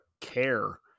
care